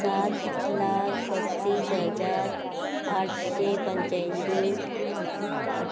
सात लाख पस्तीस हजार आठशे पंच्यांयशीं